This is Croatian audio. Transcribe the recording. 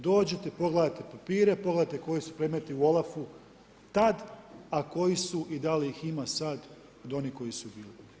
Dođite, pogledajte papire, pogledajte koji su predmeti u OLAF-u tad, a koji su i da li ih ima sad od onih koji su bili.